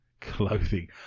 Clothing